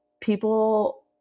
people